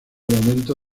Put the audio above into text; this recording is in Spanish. momento